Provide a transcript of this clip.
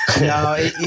No